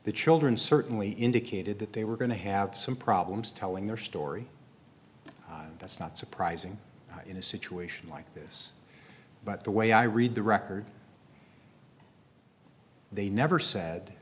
the children certainly indicated that they were going to have some problems telling their story that's not surprising in a situation like this but the way i read the record they never said